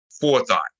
forethought